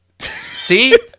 see